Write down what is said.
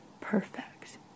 perfect